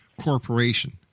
corporation